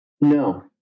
No